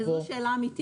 זו שאלה אמיתית.